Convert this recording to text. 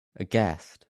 aghast